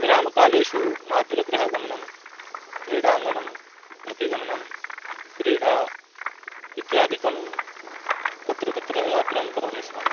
विरामकालेषु मातुलगृहगमनं क्रीडाङ्गणं प्रति गमनं क्रीडा इत्यादिकं तत्र तत्र यात्रां करोमि स्म